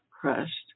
crushed